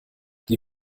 die